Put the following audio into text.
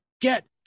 Get